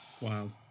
Wow